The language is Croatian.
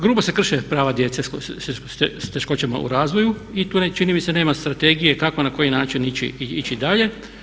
Grubo se krše prava djece s teškoćama u razvoju i tu čini mi se nema strategije kako i na koji način ići dalje.